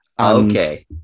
okay